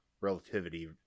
relativity